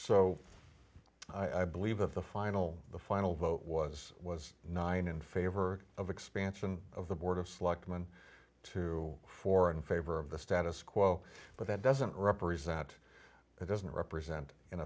so i believe of the final the final vote was was nine in favor of expansion of the board of selectmen to four in favor of the status quo but that doesn't represent it doesn't represent